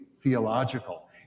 theological